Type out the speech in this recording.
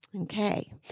Okay